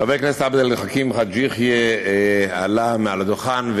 חבר הכנסת עבד אל חכים חאג' יחיא עלה לדוכן,